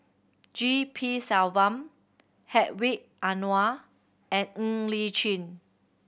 G P Selvam Hedwig Anuar and Ng Li Chin